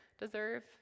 deserve